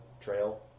trail